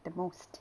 the most